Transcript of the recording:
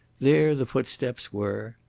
there the footsteps were.